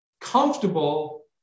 comfortable